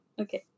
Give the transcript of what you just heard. Okay